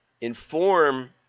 inform